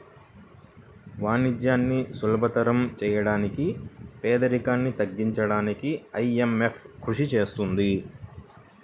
వాణిజ్యాన్ని సులభతరం చేయడానికి పేదరికాన్ని తగ్గించడానికీ ఐఎంఎఫ్ కృషి చేస్తుంది